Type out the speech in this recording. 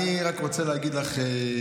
אני רק רוצה להגיד לך,